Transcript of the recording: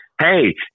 Hey